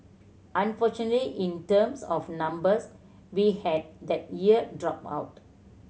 unfortunately in terms of numbers we had that year drop out